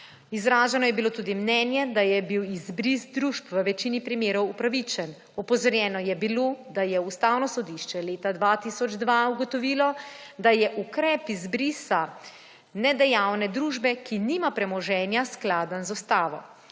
Izraženo je bilo tudi mnenje, da je bil izbris društva v večini primerov upravičen. Opozorjeno je bilo, da je Ustavno sodišče leta 2002 ugotovilo, da je ukrep izbrisa nedejavne družbe, ki nima premoženja, skladen z ustavo.